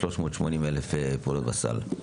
380,000 פעולות בסל.